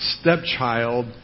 stepchild